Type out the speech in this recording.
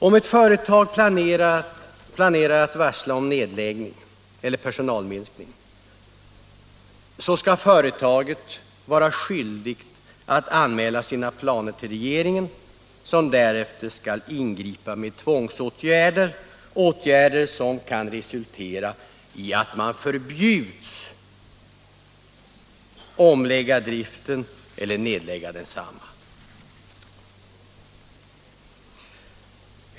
Om ett företag planerar att varsla om nedläggning eller personalminskning, skall företaget vara skyldigt att anmäla sina planer till regeringen, som därefter skall ingripa med tvångsåtgärder. Och dessa kan resultera i att man förbjuds omlägga driften eller nedlägga densamma.